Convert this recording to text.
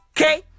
Okay